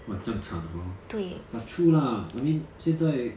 !wah! 这样惨 hor but true lah I mean 现在